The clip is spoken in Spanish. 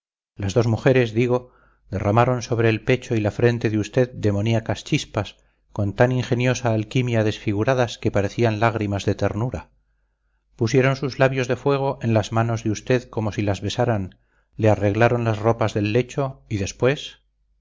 dos mujeres digo derramaron sobre el pecho y la frente de usted demoníacas chispas con tan ingeniosa alquimia desfiguradas que parecían lágrimas de ternura pusieron sus labios de fuego en las manos de usted como si las besaran le arreglaron las ropas del lecho y después